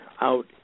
out